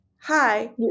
Hi